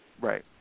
Right